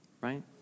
Right